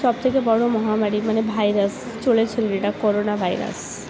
সব থেকে বড় মহামারী মানে ভাইরাস চলেছিলো যেটা ভাইরাস